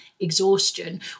exhaustion